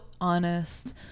honest